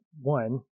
one